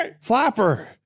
Flapper